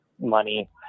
money